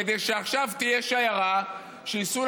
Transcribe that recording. כדי שעכשיו תהיה שיירה וייסעו,